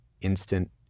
instant